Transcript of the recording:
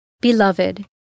Beloved